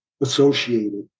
associated